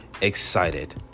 excited